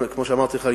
כמו שאמרתי לך,